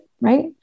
right